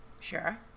Sure